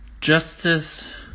Justice